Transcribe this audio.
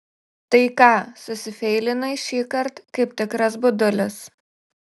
tai ką susifeilinai šįkart kaip tikras budulis